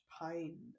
pine